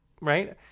Right